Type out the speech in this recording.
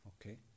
Okay